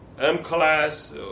M-Class